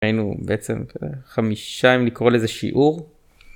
היינו בעצם חמישה אם לקרוא לזה שיעור.